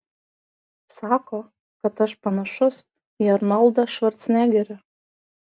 sako kad aš panašus į arnoldą švarcnegerį